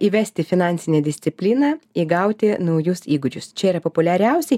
įvesti finansinę discipliną įgauti naujus įgūdžius čia yra populiariausi